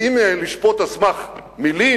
ואם לשפוט על סמך מלים,